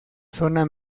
zona